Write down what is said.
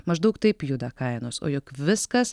maždaug taip juda kainos o juk viskas